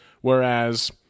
Whereas